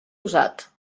usat